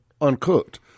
uncooked